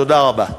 תודה רבה.